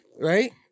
Right